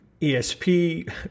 ESP